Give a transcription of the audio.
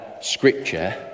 scripture